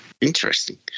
Interesting